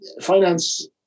finance